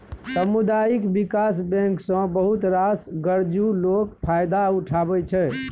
सामुदायिक बिकास बैंक सँ बहुत रास गरजु लोक फायदा उठबै छै